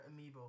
Amiibo